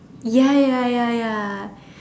ya ya ya ya